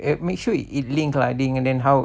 it make sure it link lah and how